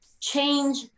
change